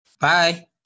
Bye